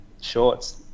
shorts